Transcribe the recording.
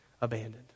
abandoned